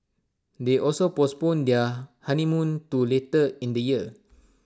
they also postponed their honeymoon to later in the year